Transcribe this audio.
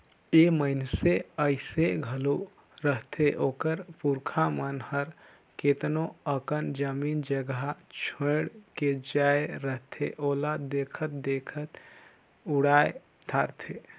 ए मइनसे अइसे घलो रहथें ओकर पुरखा मन हर केतनो अकन जमीन जगहा छोंएड़ के जाए रहथें ओला देखत देखत उड़ाए धारथें